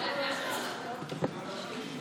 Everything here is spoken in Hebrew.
היו שתיים לפניי.